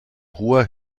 hoher